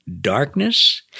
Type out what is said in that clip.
darkness